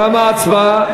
תמה ההצבעה.